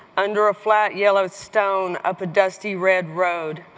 under a flat yellow stone, up a dusty red road,